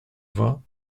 vingts